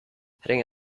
heading